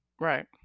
right